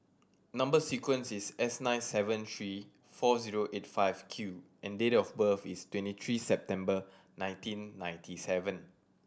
number sequence is S nine seven three four zero eight five Q and date of birth is twenty three September nineteen ninety seven